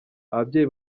ababyeyi